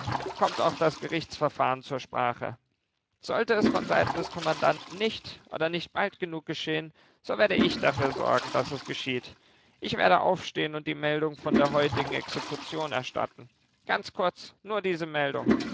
kommt auch das gerichtsverfahren zur sprache sollte es von seiten des kommandanten nicht oder nicht bald genug geschehen so werde ich dafür sorgen daß es geschieht ich werde aufstehen und die meldung von der heutigen exekution erstatten ganz kurz nur diese meldung